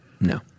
No